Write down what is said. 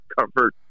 comfort